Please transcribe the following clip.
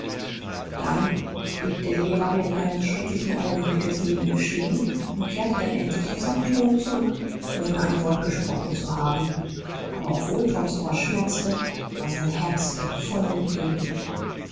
dann blieb der lehrer während eines schrecklichen augenblickes neben ihm stehen und kehrte dann endlich auf seinen thron zurück ohne ein wort gesprochen zu haben aber obwohl toms ohr schmerzte war sein herz doch voll jubel